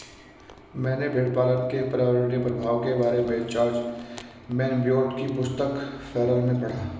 मैंने भेड़पालन के पर्यावरणीय प्रभाव के बारे में जॉर्ज मोनबियोट की पुस्तक फेरल में पढ़ा